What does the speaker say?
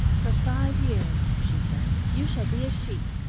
for five years she said, you shall be a sheep,